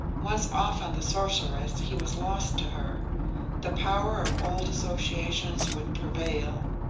once off on the sorceress, he was lost to her the power of old associations would prevail.